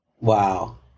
Wow